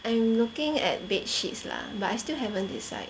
I am looking at bedsheets lah but I still haven't decide